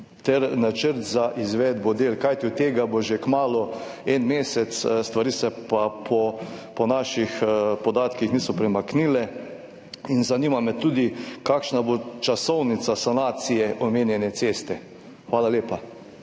načrt za izvedbo del, kajti od tega bo že kmalu mesec dni, stvari se pa po naših podatkih niso premaknile? Zanima me tudi: Kakšna bo časovnica sanacije omenjene ceste? Hvala lepa.